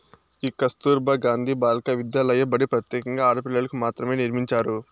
ఈ కస్తుర్బా గాంధీ బాలికా విద్యాలయ బడి ప్రత్యేకంగా ఆడపిల్లలకు మాత్రమే నిర్మించారు